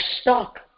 stuck